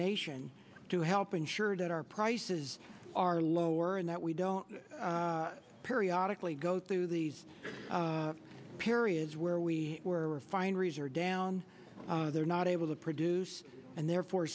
nation to help ensure that our prices are lower and that we don't periodic lee go through these periods where we were refineries are down they're not able to produce and therefore